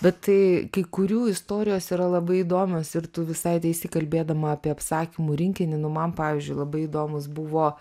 bet tai kai kurių istorijos yra labai įdomios ir tu visai teisi kalbėdama apie apsakymų rinkinį nu man pavyzdžiui labai įdomus buvo